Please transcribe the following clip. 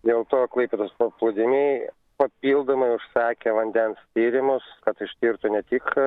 dėl to klaipėdos paplūdimiai papildomai užsakė vandens tyrimus kad ištirtų ne tik